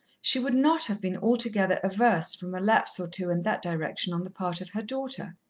she would not have been altogether averse from a lapse or two in that direction on the part of her daughter.